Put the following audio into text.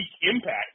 impact